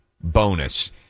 bonus